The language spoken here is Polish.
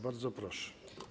Bardzo proszę.